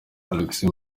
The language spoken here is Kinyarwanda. alexis